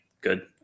good